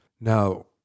Now